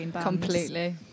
Completely